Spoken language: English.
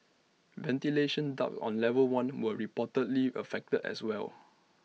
ventilation ducts on level one were reportedly affected as well